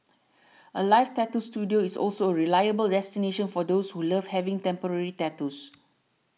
Alive Tattoo Studio is also a reliable destination for those who love having temporary tattoos